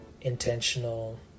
intentional